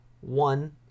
one